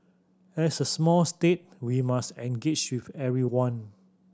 as a small state we must engage with everyone